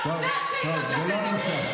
עשרות שאילתות --- זה לא הנושא עכשיו.